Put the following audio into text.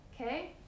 Okay